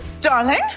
Darling